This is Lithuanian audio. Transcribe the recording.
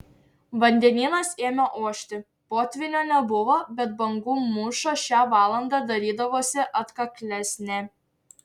vandenynas ėmė ošti potvynio nebuvo bet bangų mūša šią valandą darydavosi atkaklesnė